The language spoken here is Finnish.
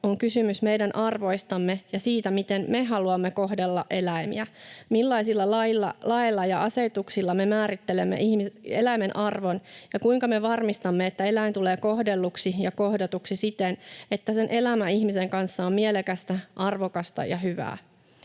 on kysymys meidän arvoistamme ja siitä, miten me haluamme kohdella eläimiä, millaisilla laeilla ja asetuksilla me määrittelemme eläimen arvon ja kuinka me varmistamme, että eläin tulee kohdelluksi ja kohdatuksi siten, että sen elämä ihmisen kanssa on mielekästä, arvokasta ja hyvää.